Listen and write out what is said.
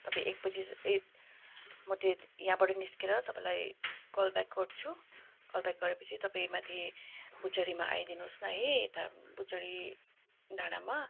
अब एक बजी चाहिँ म यहाँबाट निस्केर तपाईँलाई कल ब्याक गर्छु कल ब्याक गरेपछि तपाईँ माथि बुचरीमा आइदिनुहोस् न है यता बुचडी डाडामा